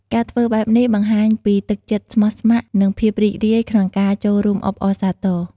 ការធ្វើបែបនេះបង្ហាញពីទឹកចិត្តស្មោះស្ម័គ្រ និងភាពរីករាយក្នុងការចូលរួមអបអរសាទរ។